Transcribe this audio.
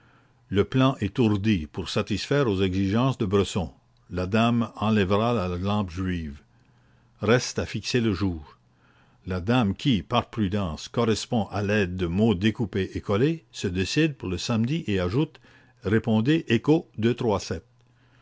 le plan est ourdi pour satisfaire aux exigences de bresson la dame enlèvera la lampe juive reste à fixer le jour la dame qui par prudence correspond à l'aide de mots découpés et collés se décide pour le samedi et ajoute répondez echo